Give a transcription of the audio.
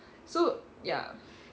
so ya